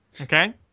Okay